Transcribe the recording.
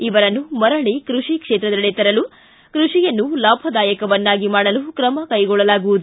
ಇವರನ್ನು ಮರಳ ಕೃಷಿ ಕ್ಷೇತ್ರದೆಡೆ ತರಲು ಕೃಷಿಯನ್ನು ಲಾಭದಾಯಕವನ್ನಾಗಿ ಮಾಡಲು ಕ್ರಮ ಕೈಗೊಳ್ಳಲಾಗುವುದು